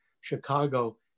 Chicago